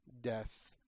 death